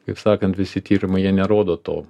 kaip sakant visi tyrimai jie nerodo to